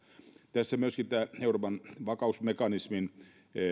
tässä myöskin euroopan vakausmekanismin